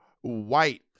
white